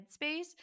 headspace